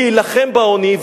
להילחם בעוני.